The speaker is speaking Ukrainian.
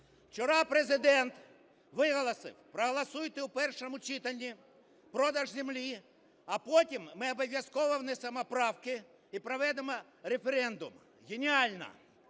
Учора Президент виголосив: "Проголосуйте в першому читанні продаж землі, а потім ми обов'язково внесемо правки і проведемо референдум". Геніально!